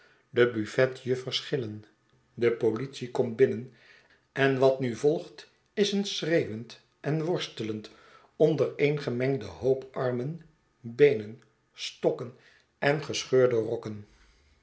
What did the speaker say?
de buffetjuffers gilien de politie komt binnen en wat nu volgt is een schreeuwend en worstelend ondereengemengde hoop armen beenen stokken en gescheurde rokken